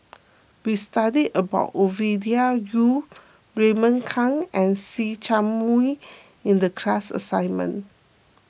we studied about Ovidia Yu Raymond Kang and See Chak Mun in the class assignment